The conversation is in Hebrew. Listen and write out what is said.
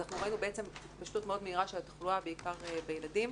ראינו התפשטות מאוד מהירה של התחלואה בעיקר בילדים